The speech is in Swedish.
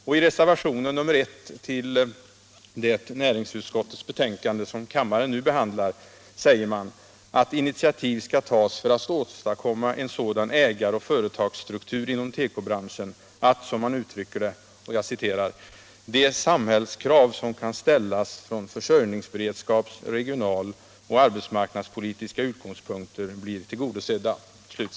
I reservationen I till det näringsutskottets betänkande som kammaren 'nu behandlar säger man att initiativ skall tas för att åstadkomma en sådan ägaroch företagsstruktur inom tekobranschen att ”de samhällskrav som kan ställas från försörjningsberedskaps-, regionaloch arbetsmarknadspolitiska utgångspunkter blir tillgodosedda”.